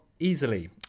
easily